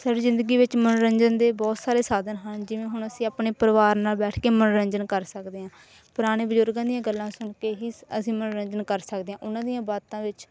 ਸਾਡੀ ਜ਼ਿੰਦਗੀ ਵਿੱਚ ਮਨੋਰੰਜਨ ਦੇ ਬਹੁਤ ਸਾਰੇ ਸਾਧਨ ਹਨ ਜਿਵੇਂ ਹੁਣ ਅਸੀਂ ਆਪਣੇ ਪਰਿਵਾਰ ਨਾਲ ਬੈਠ ਕੇ ਮਨੋਰੰਜਨ ਕਰ ਸਕਦੇ ਹਾਂ ਪੁਰਾਣੇ ਬਜ਼ੁਰਗਾਂ ਦੀਆਂ ਗੱਲਾਂ ਸੁਣ ਕੇ ਹੀ ਅਸੀਂ ਮਨੋਰੰਜਨ ਕਰ ਸਕਦੇ ਹਾਂ ਉਹਨਾਂ ਦੀਆਂ ਬਾਤਾਂ ਵਿੱਚ